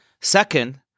Second